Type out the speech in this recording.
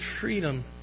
freedom